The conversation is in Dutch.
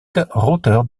groter